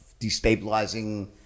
destabilizing